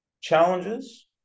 challenges